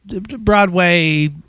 Broadway